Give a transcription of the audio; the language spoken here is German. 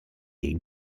gegen